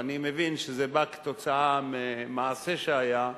ואני מבין שזה בא כתוצאה ממעשה שהיה.